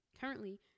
Currently